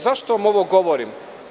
Zašto vam ovo govorim?